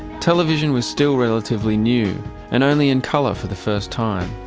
television was still relatively new and only in color for the first time,